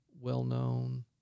well-known